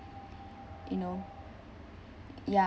you know ya